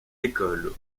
écoles